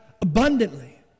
abundantly